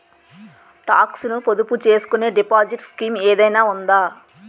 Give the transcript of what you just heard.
Talks ను పొదుపు చేసుకునే డిపాజిట్ స్కీం ఏదైనా ఉందా?